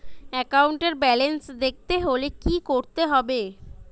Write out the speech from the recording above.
একাউন্টের ব্যালান্স দেখতে হলে কি করতে হবে?